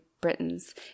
Britons